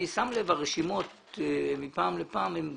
אני שם לב שהרשימות גדלות מפעם לפעם.